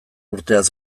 urteaz